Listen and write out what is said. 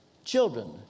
Children